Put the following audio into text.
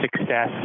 success